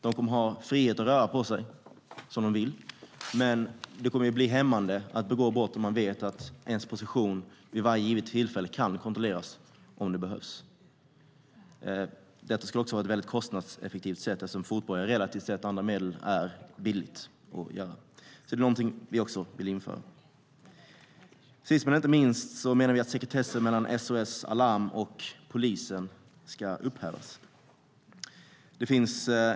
De kommer att ha frihet att röra på sig som de vill men hämmas när det gäller att begå brott eftersom de vet att deras position vid varje givet tillfälle kan kontrolleras om det behövs. Detta skulle också vara ett väldigt kostnadseffektivt sätt eftersom fotboja är billigt jämfört med andra medel. Det är alltså också något vi vill införa. Sist men inte minst menar vi att sekretessen mellan SOS Alarm och polisen ska upphävas.